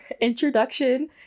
introduction